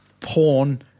Porn